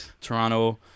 Toronto